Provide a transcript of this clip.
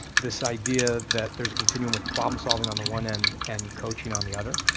this idea that there's a continuum with problem solving on the one end and coaching on the other.